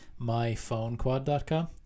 myphonequad.com